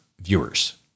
viewers